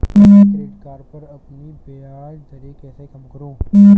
मैं credit card पर अपनी ब्याज दरें कैसे कम करूँ?